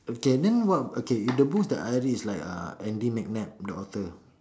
okay then what okay the books that I read is like uh andy-mcnab the author